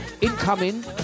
Incoming